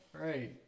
Right